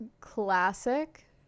classic